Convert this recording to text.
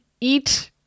eat